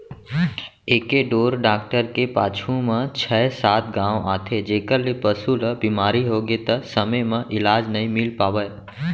एके ढोर डॉक्टर के पाछू म छै सात गॉंव आथे जेकर ले पसु ल बेमारी होगे त समे म इलाज नइ मिल पावय